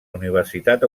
universitat